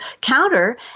counter